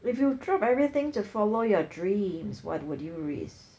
if you drop everything to follow your dreams what would you risk